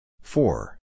Four